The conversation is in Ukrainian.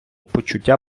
почуття